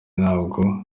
ntabwo